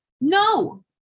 No